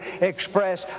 express